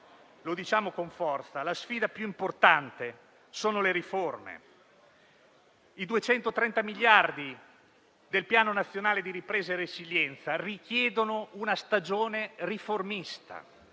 che diciamo con forza che la sfida più importante è rappresentata dalle riforme. I 230 miliardi del Piano nazionale di ripresa e resilienza richiedono una stagione riformista,